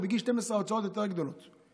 ובגיל הזה ההוצאות גדולות יותר.